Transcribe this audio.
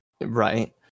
Right